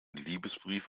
liebesbrief